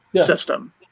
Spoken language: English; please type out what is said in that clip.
system